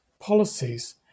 policies